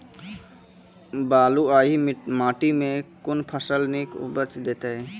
बलूआही माटि मे कून फसल नीक उपज देतै?